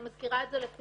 אני מזכירה את זה לכולנו.